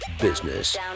business